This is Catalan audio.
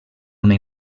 una